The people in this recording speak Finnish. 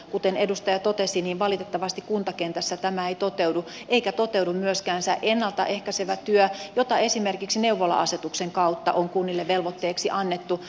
kuten edustaja totesi valitettavasti kuntakentässä tämä ei toteudu eikä toteudu myöskään se ennalta ehkäisevä työ jota esimerkiksi neuvola asetuksen kautta on kunnille velvoitteeksi annettu